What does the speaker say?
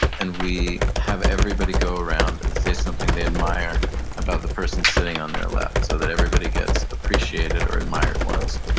and we have everybody go around and say something they admire about the person sitting on their left so that everybody gets appreciated or admired once.